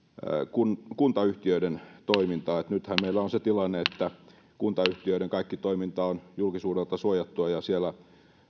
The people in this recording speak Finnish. kuntayhtiöiden toimintaa nythän meillä on se tilanne että kuntayhtiöiden kaikki toiminta on julkisuudelta suojattua ja siellä